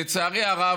לצערי הרב,